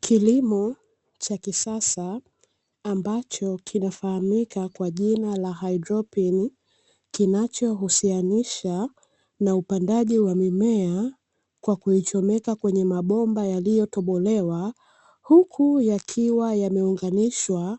Kilimo cha kisasa ambacho kinafahamika kwa jina la haidroponi kinacho husianishaa na upandaji wa mimea, kwa kuichomeka kwenye mabomba yaliyotobolewa, huku yakiwa yameunganishwa